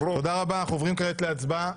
אנחנו עוברים כעת להצבעה.